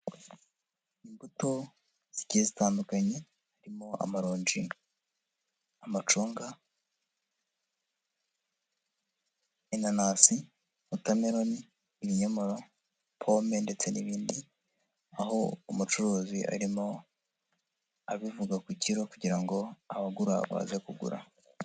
Imbuto zigiye zitandukanye harimo amaronji, amacunga, inanasi, watermelon, ibinyomoro, pome ndetse n'ibindi, aho umucuruzi arimo abivuga ku kiro kugira ngo abagura baze kugura.